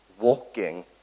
walking